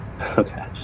Okay